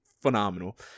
phenomenal